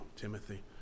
Timothy